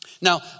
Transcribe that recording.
Now